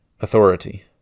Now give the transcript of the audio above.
authority